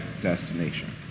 destination